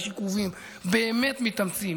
באמת מתאמצים,